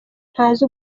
ntazi